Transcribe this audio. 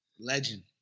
Legend